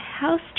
house